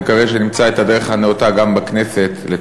רשות הדיבור,